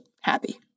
happy